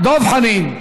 דב חנין,